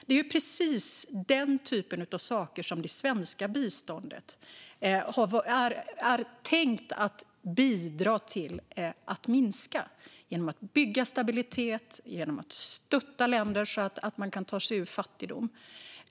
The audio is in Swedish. Det är precis detta som det svenska biståndet är tänkt att bidra till att minska genom att bygga stabilitet och stötta länder att ta sig ur fattigdom.